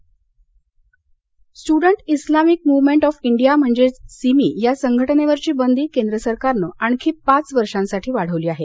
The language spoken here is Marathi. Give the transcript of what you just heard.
Simi students Islamic movement of India म्हणजे सिमी या संघटनेवरची बंदी केंद्र सरकारनं आणखी पाच वर्षासाठी वाढवली आहे